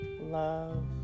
love